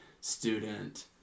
student